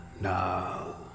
No